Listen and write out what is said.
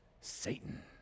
Satan